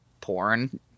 porn